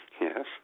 Yes